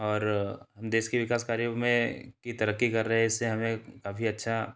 और देश के विकास कार्यों में की तरक्की कर रहे इससे हमें काफ़ी अच्छा